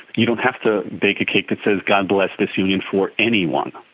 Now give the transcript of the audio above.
you don't have to bake a cake that says god bless this union for anyone,